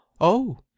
Oh